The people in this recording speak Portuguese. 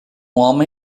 homem